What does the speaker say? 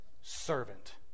servant